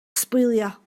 sbwylio